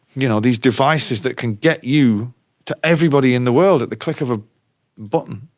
you know, these devices that can get you to everybody in the world at the click of a button,